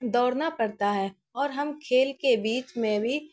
دوڑنا پڑتا ہے اور ہم کھیل کے بیچ میں بھی